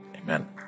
Amen